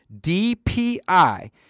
DPI